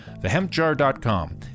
TheHempJar.com